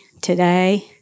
today